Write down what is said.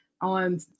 On